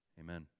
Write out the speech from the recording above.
Amen